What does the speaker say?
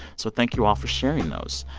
so thank you all for sharing those.